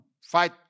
fight